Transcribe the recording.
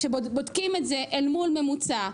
כשבודקים את זה אל מול ממוצע,